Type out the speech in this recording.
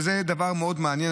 וזה דבר מאוד מעניין,